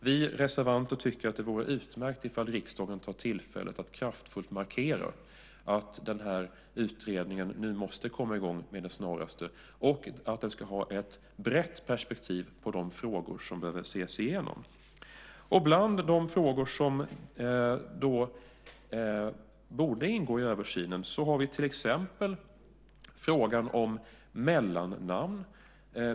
Vi reservanter tycker att det vore utmärkt om riksdagen nu tog tillfället att kraftfullt markera att utredningen måste komma i gång med det snaraste och att den ska ha ett brett perspektiv på de frågor som behöver ses igenom. Bland de frågor som borde ingå i översynen har vi till exempel frågan om mellannamn.